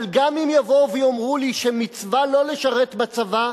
אבל גם אם יבואו ויאמרו לי שמצווה לא לשרת בצבא,